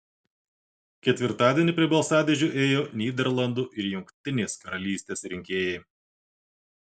ketvirtadienį prie balsadėžių ėjo nyderlandų ir jungtinės karalystės rinkėjai